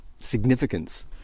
significance